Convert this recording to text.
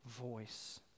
voice